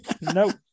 Nope